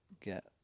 get